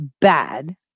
bad